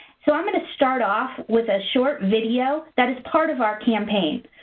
so i'm going to start off with a short video that is part of our campaign.